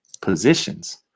positions